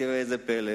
ראה זה פלא,